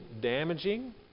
damaging